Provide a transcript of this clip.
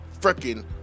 Freaking